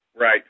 Right